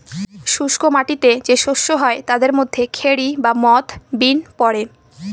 শুস্ক মাটিতে যে শস্য হয় তাদের মধ্যে খেরি বা মথ, বিন পড়ে